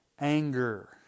anger